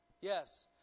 Yes